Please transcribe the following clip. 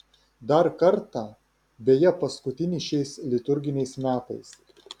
dar kartą beje paskutinį šiais liturginiais metais